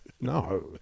No